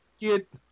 get